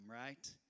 right